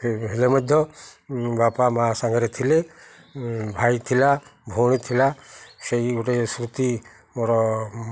ହେଲେ ମଧ୍ୟ ବାପା ମାଆ ସାଙ୍ଗରେ ଥିଲେ ଭାଇ ଥିଲା ଭଉଣୀ ଥିଲା ସେଇ ଗୋଟେ ସ୍ମୃତି ମୋର